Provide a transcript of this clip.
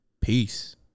peace